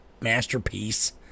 masterpiece